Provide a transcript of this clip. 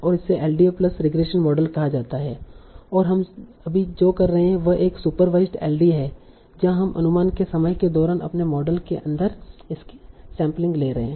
और इसे LDA plus regression model कहा जाता है और हम अभी जो कर रहे हैं वह एक सुपरवाईसड एलडीए है जहां हम अनुमान के समय के दौरान अपने मॉडल के अंदर इसकी सैंपलिंग ले रहे हैं